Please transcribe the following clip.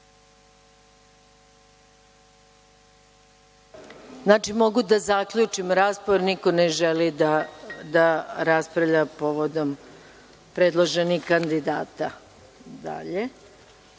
Znači, mogu da zaključim raspravu, niko ne želi da raspravlja povodom predloženih kandidata. Kao